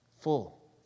Full